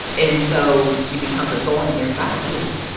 and so she becomes a thorn in their side, really.